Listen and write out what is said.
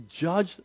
judge